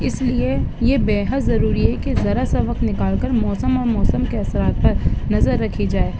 اس لیے یہ بے حد ضروری ہے کہ ذرا سا وقت نکال کر موسم اور موسم کے اثرات پر نظر رکھی جائے